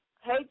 Hey